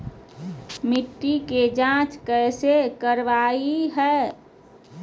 मिट्टी के जांच कैसे करावय है?